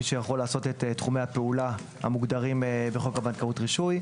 שיכול לעשות את תחומי הפעולה המוגדרים בחוק הבנקאות רישוי.